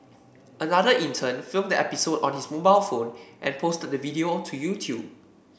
another intern filmed the episode on his mobile phone and posted the video to YouTube